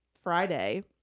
Friday